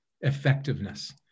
effectiveness